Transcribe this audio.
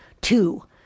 Two